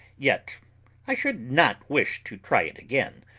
yet i should not wish to try it again,